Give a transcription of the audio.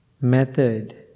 method